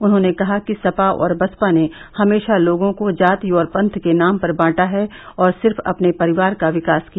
उन्होंने कहा कि सपा और बसपा ने हमेषा लोगों को जाति और पंथ के नाम पर बांटा है और सिर्फ अपने परिवार का विकास किया